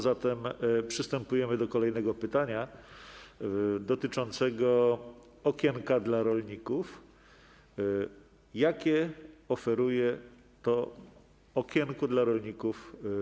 Zatem przystępujemy do kolejnego pytania, dotyczącego okienka dla rolników, jakie usługi oferuje to okienko dla rolników.